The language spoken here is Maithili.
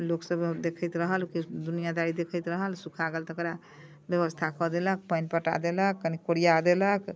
लोकसब देखैत रहल कि दुनिआदारी देखैत रहल सुखा गेल तकरा बेबस्था कऽ देलक पानि पटा देलक कनि कोड़िआ देलक